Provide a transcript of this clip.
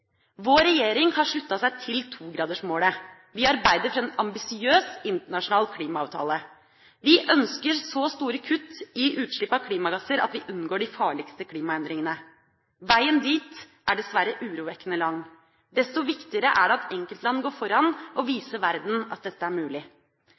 Vår regjering har sluttet seg til 2-gradersmålet. Vi arbeider for en ambisiøs internasjonal klimaavtale. Vi ønsker så store kutt i utslipp av klimagasser at vi unngår de farligste klimaendringene. Veien dit er dessverre urovekkende lang. Desto viktigere er det at enkeltland går foran og viser verden at dette er mulig. I en situasjon der vi